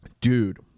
Dude